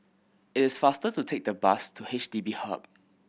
it is faster to take the bus to H D B Hub